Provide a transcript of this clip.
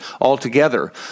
altogether